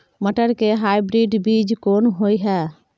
मटर के हाइब्रिड बीज कोन होय है?